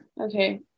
okay